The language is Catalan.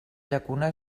llacuna